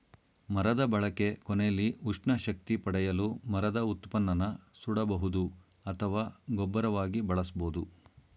ಮರದ ಬಳಕೆ ಕೊನೆಲಿ ಉಷ್ಣ ಶಕ್ತಿ ಪಡೆಯಲು ಮರದ ಉತ್ಪನ್ನನ ಸುಡಬಹುದು ಅಥವಾ ಗೊಬ್ಬರವಾಗಿ ಬಳಸ್ಬೋದು